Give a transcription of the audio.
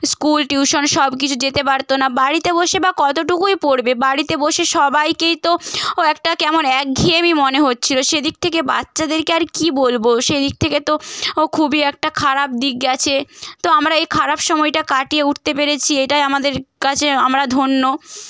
school tuition সবকিছু যেতে পারতো না বাড়িতে বসে বা কতটুকুই পড়বে বাড়িতে বসে সবাইকেই তো ও একটা কেমন একঘেয়েমি মনে হচ্ছিল সেদিক থেকে বাচ্চাদেরকে আর কি বলব সেদিক থেকে তো ও খুবই একটা খারাপ দিক গেছে তো আমরা এই খারাপ সময়টা কাটিয়ে উঠতে পেরেছি এটাই আমাদের কাছে আমরা ধন্য